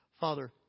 Father